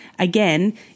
Again